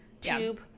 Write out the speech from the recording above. tube